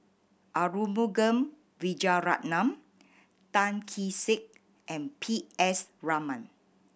Arumugam Vijiaratnam Tan Kee Sek and P S Raman